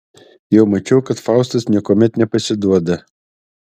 jau mačiau kad faustas niekuomet nepasiduoda